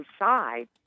inside